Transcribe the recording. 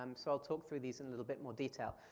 um so i'll talk through these in a little bit more detail.